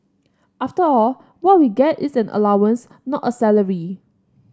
after all what we get is an allowance not a salary